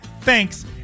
THANKS